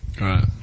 Right